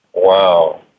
Wow